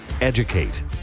Educate